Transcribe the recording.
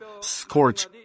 scorch